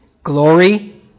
Glory